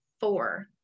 four